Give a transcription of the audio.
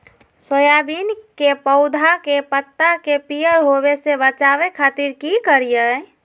Soybean के पौधा के पत्ता के पियर होबे से बचावे खातिर की करिअई?